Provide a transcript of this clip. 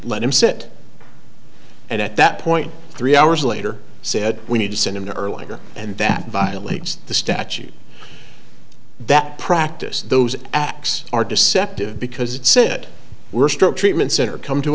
let him sit and at that point three hours later said we need to send him to earlier and that violates the statute that practice those acts are deceptive because it said we're struck treatment center come to